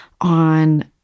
on